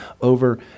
over